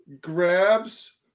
grabs